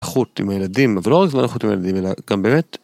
איכות עם ילדים ולא רק זמן איכות עם ילדים אלא גם באמת.